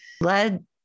led